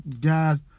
God